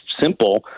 simple